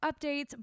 updates